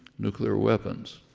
nuclear weapons,